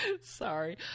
Sorry